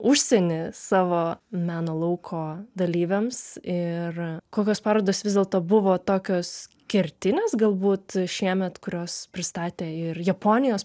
užsienį savo meno lauko dalyviams ir kokios parodos vis dėlto buvo tokios kertinės galbūt šiemet kurios pristatė ir japonijos